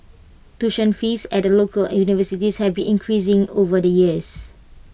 tuition fees at local universities have been increasing over the years